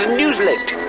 newsletter